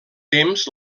temps